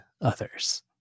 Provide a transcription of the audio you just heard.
others